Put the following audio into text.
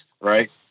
right